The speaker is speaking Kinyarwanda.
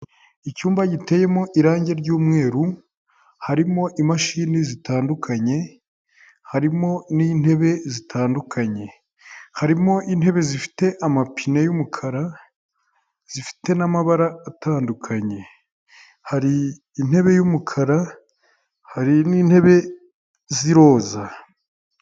Icyumba giteyemo irangi ry'umweru, harimo imashini zitandukanye, harimo n'intebe zitandukanye, harimo intebe zifite amapine y'umukara zifite n'amabara atandukanye, hari intebe y'umukara, hari n'intebe z'iroza.